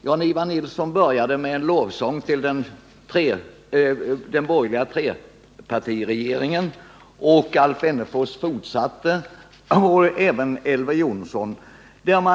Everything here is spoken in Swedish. Jan-Ivan Nilsson började med en lovsång till den borgerliga trepartiregeringen, Alf Wennerfors fortsatte med lovsjungandet och även Elver Jonsson gjorde det.